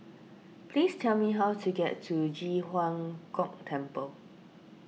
please tell me how to get to Ji Huang Kok Temple